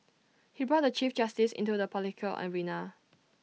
he brought the chief justice into the political arena